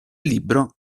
libro